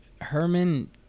Herman